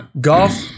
Golf